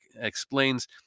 explains